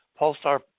pulsar